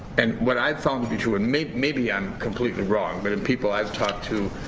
and what i've found to be true and maybe maybe i'm completely wrong, but and people i've talked to,